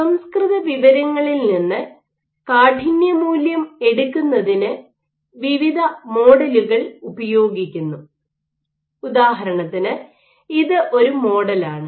അസംസ്കൃത വിവരങ്ങളിൽ നിന്ന് കാഠിന്യ മൂല്യം എടുക്കുന്നതിന് വിവിധ മോഡലുകൾ ഉപയോഗിക്കുന്നു ഉദാഹരണത്തിന് ഇത് ഒരു മോഡലാണ്